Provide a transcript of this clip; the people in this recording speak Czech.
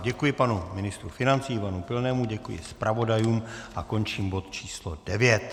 Děkuji panu ministru financí Ivanu Pilnému, děkuji zpravodajům a končím bod číslo 9.